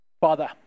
Father